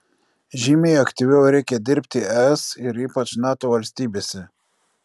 žymiai aktyviau reikia dirbti es ir ypač nato valstybėse